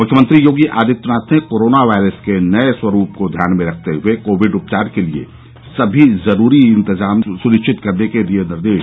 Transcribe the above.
मुख्यमंत्री योगी आदित्यनाथ ने corona virus के नये स्वरूप को ध्यान में रखते हए कोविड उपचार के लिये सभी जरूरी इन्तजाम सुनिश्चित करने के दिये निर्देश